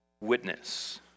Witness